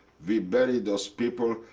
we buried those people.